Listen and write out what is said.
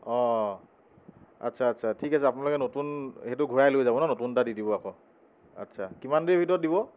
অঁ আচ্ছা আচ্ছা ঠিক আছে আপোনালোকে নতুন এইটো ঘূৰাই লৈ যাব ন নতুন এটা দি দিব আকৌ আচ্ছা কিমান দেৰিৰ ভিতৰত দিব